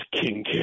king